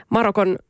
Marokon